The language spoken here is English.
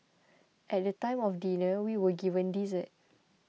at the time of dinner we were given dessert